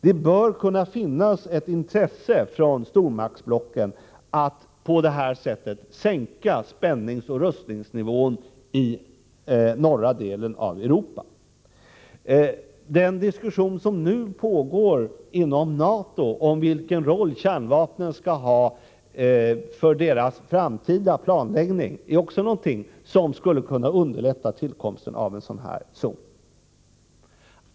Det bör finnas ett intresse från stormaktsblocken att på detta sätt kunna sänka spänningsoch rustningsnivån i norra delen av Europa. Också den diskussion som nu pågår inom NATO om vilken roll kärnvapnen skall spela för dess framtida planläggning är någonting som skulle kunna underlätta tillkomsten av en sådan här zon.